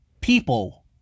people